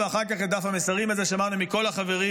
ואחר כך את דף המסרים הזה שמענו מכל החברים,